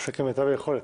נעשה כמיטב היכולת.